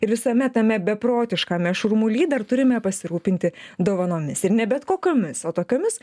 ir visame tame beprotiškame šurmuly dar turime pasirūpinti dovanomis ir ne bet kokiomis o tokiomis